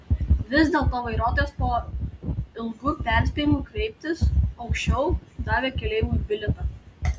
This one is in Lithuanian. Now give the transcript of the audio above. vis dėlto vairuotojas po ilgų perspėjimų kreiptis aukščiau davė keleiviui bilietą